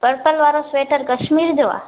purple वारो सीटरु कश्मीर जो आहे